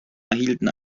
erhielten